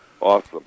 Awesome